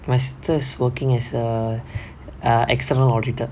my sister is working is err err external auditor